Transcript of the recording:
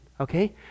okay